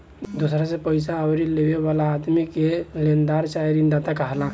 दोसरा से पईसा उधारी लेवे वाला आदमी के लेनदार चाहे ऋणदाता कहाला